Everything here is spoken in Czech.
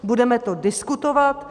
Budeme to diskutovat.